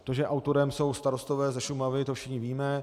To, že autorem jsou starostové ze Šumavy, všichni víme.